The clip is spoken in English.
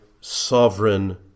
sovereign